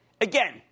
Again